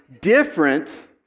different